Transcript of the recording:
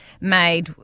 made